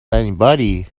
anybody